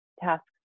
tasks